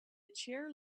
chair